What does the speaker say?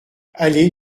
allée